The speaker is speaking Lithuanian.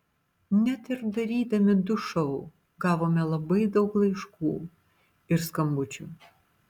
net ir darydami du šou gavome labai daug laiškų ir skambučių